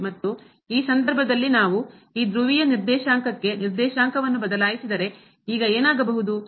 ಮತ್ತು ಈ ಸಂದರ್ಭದಲ್ಲಿ ನಾವು ಈ ಧ್ರುವೀಯ ನಿರ್ದೇಶಾಂಕಕ್ಕೆ ನಿರ್ದೇಶಾಂಕವನ್ನು ಬದಲಾಯಿಸಿದರೆ ಈಗ ಏನಾಗಬಹುದು